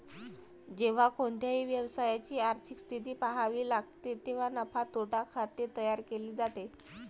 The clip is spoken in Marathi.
जेव्हा कोणत्याही व्यवसायाची आर्थिक स्थिती पहावी लागते तेव्हा नफा तोटा खाते तयार केले जाते